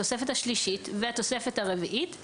התוספת השלישית והתוספת הרביעית,